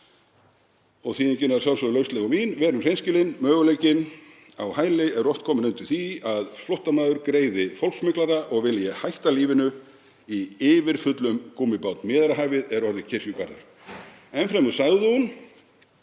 og þýðingin er að sjálfsögðu lauslega mín: Verum hreinskilin. Möguleikinn á hæli er oft kominn undir því að flóttamaður greiði fólkssmyglara og vilji hætta lífinu í yfirfullum gúmmíbát. Miðjarðarhafið er orðið kirkjugarður. Enn fremur sagði hún: